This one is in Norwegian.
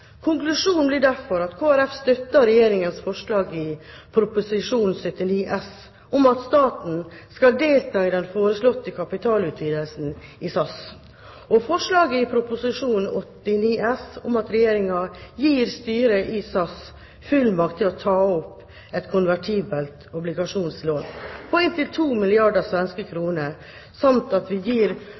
79 S for 2009–2010 om at staten skal delta i den foreslåtte kapitalutvidelsen i SAS, og forslaget i Prop. 89 S for 2009–2010 om at Regjeringen gir styret i SAS fullmakt til å ta opp et konvertibelt obligasjonslån på inntil 2 milliarder svenske kroner samt at vi gir